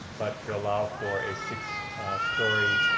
but to allow for a six story,